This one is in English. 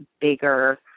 bigger